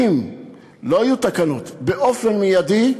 אם לא יהיו תקנות באופן מיידי,